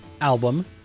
album